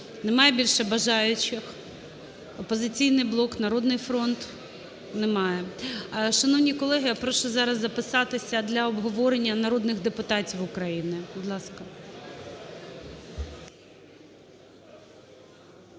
Немає більше бажаючих, "Опозиційний блок", "Народний фронт"? Немає. Шановні колеги, я прошу зараз записатися для обговорення народних депутатів України.